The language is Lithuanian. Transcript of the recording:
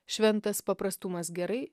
šventas paprastumas gerai